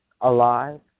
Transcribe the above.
alive